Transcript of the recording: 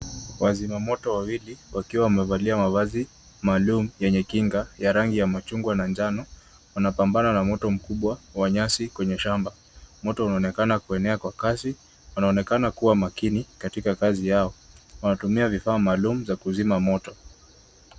Wazimamoto wawili, wakiwa wamevalia mavazi maalum yenye kinga ya rangi ya machungwa na njano, wanapambana na moto mkubwa wa nyasi kwenye Shanna. Moto unaonekana kuenea kwa kasi. Wanaonekana kuwa makini katika kazi yao. Wanatumia vifaa maalum za kuzima moto.